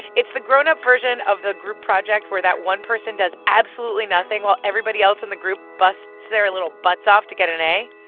it's the grown-up version of the group project where that one person does absolutely nothing while everybody else in the group busts their little butts off to get an a.